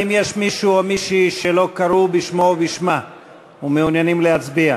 האם יש מישהו או מישהי שלא קראו בשמו או בשמה ומעוניינים להצביע?